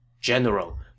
General